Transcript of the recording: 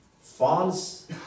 false